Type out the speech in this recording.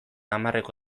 hamarreko